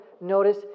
notice